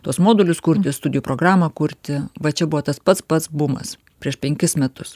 tuos modulius kurti studijų programą kurti va čia buvo tas pats pats bumas prieš penkis metus